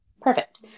Perfect